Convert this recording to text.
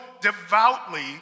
devoutly